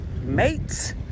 mates